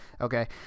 Okay